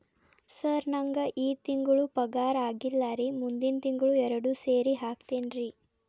sir ನಂಗ ಈ ತಿಂಗಳು ಪಗಾರ ಆಗಿಲ್ಲಾರಿ ಮುಂದಿನ ತಿಂಗಳು ಎರಡು ಸೇರಿ ಹಾಕತೇನ್ರಿ